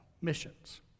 missions